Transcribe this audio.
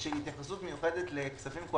אין לזה התייחסות כרגע בכלל.